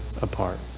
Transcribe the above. apart